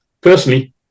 personally